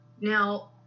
Now